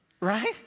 Right